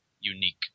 unique